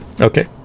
Okay